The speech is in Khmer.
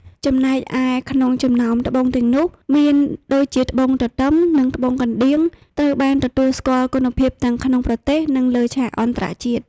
ចំណែកឯក្នុងចំណោមត្បូងទាំងនោះ មានដូចជាត្បូងទទឹម និងត្បូងកណ្តៀងត្រូវបានទទួលស្គាល់គុណភាពទាំងក្នុងប្រទេស និងលើឆាកអន្តរជាតិ។